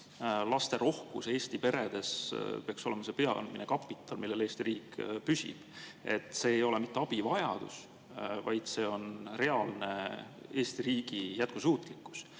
lasterohkus Eesti peredes peaks olema see peamine kapital, millel Eesti riik püsib. See ei ole mitte abivajadus, vaid see on reaalne Eesti riigi jätkusuutlikkus.